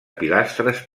pilastres